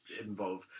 involve